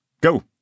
Go